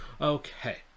okay